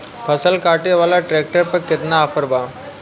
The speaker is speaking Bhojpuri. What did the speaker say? फसल काटे वाला ट्रैक्टर पर केतना ऑफर बा?